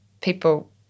people